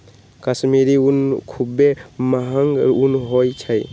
कश्मीरी ऊन खुब्बे महग ऊन होइ छइ